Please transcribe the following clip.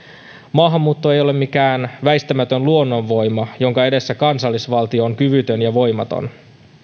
maahanmuutto ei ole mikään väistämätön luonnonvoima jonka edessä kansallisvaltio on kyvytön ja voimaton